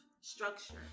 structure